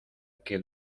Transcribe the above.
que